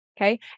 Okay